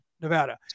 nevada